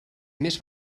més